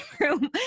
room